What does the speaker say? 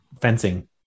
fencing